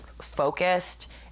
focused